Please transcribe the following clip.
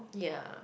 ya